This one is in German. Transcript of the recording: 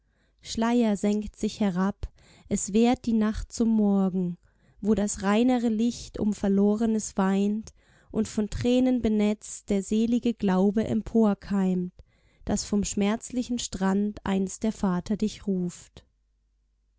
schleier senkt sich herab es währt die nacht bis zum morgen wo das reinere licht um verlorenes weint und von tränen benetzt der selige glaube emporkeimt daß vom schmerzlichen strand einst der vater dich ruft